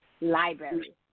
library